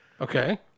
Okay